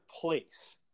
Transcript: place